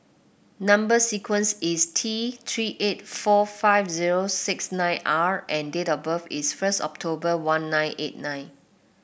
number sequence is T Three eight four five zero six nine R and date of birth is first October one nine eight nine